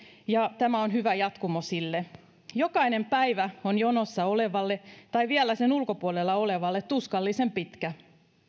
ja tämä on hyvä jatkumo sille jokainen päivä on jonossa olevalle tai vielä sen ulkopuolella olevalle tuskallisen pitkä